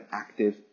active